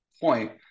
point